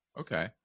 Okay